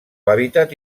hàbitat